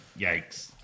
Yikes